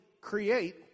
create